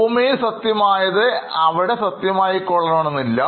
ഭൂമിയിൽ സത്യമായത് അവിടെ സത്യമായി കൊള്ളണമെന്നില്ല